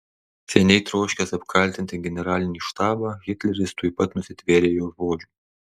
seniai troškęs apkaltinti generalinį štabą hitleris tuoj pat nusitvėrė jo žodžių